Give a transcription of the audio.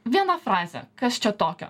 viena frazė kas čia tokio